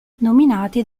nominati